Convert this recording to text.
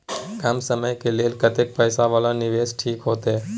कम समय के लेल कतेक पैसा वाला निवेश ठीक होते?